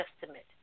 Testament